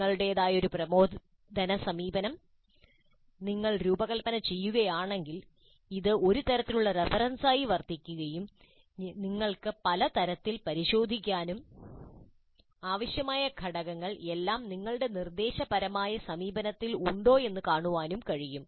നിങ്ങളുടേതായ ഒരു പ്രബോധന സമീപനം നിങ്ങൾ രൂപകൽപ്പന ചെയ്യുകയാണെങ്കിൽ ഇത് ഒരു തരത്തിലുള്ള റഫറൻസായി വർത്തിക്കുകയും നിങ്ങൾക്ക് പല തരത്തിൽ പരിശോധിക്കാനും ആവശ്യമായ ഘടകങ്ങൾ എല്ലാം നിങ്ങളുടെ നിർദ്ദേശപരമായ സമീപനത്തിൽ ഉണ്ടോ എന്ന് കാണാനും കഴിയും